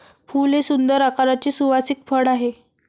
फूल हे सुंदर आकाराचे सुवासिक फळ आहे